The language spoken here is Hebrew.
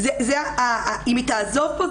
אם היא תעזוב פה,